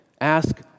ask